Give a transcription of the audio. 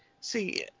see